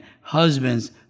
Husbands